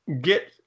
get